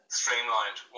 streamlined